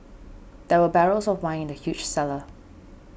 there were barrels of wine in the huge cellar